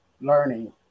learning